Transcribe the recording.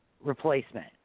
replacement